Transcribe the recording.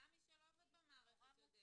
גם מי שלא עובד במערכת יודע.